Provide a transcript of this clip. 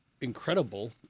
incredible